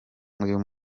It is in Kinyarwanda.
uyu